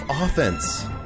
offense